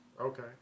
Okay